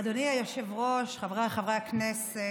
אדוני היושב-ראש, חבריי חברי הכנסת,